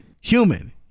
human